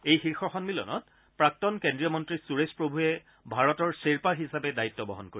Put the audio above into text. এই শীৰ্ষ সন্মিলনত প্ৰাক্তন কেন্দ্ৰীয় মন্ত্ৰী সূৰেশ প্ৰভূৱে ভাৰতৰ শ্বেৰপা হিচাপে দায়িত্ব বহন কৰিব